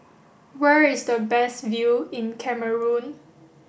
where is the best view in Cameroon